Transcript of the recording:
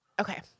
Okay